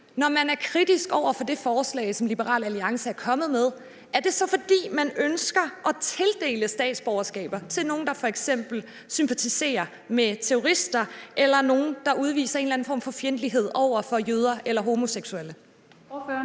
Når man er kritisk over for det forslag, som Liberal Alliance er kommet med, er det så, fordi man ønsker at tildele statsborgerskaber til nogle, der f.eks. sympatiserer med terrorister, eller nogle, der udviser en eller anden form for fjendtlighed over for jøder eller homoseksuelle?